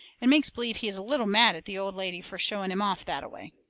and makes believe he is a little mad at the old lady fur showing him off that-a-way.